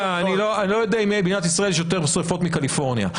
אני לא יודע אם במדינת ישראל יש יותר שריפות מקליפורניה.